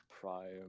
Prime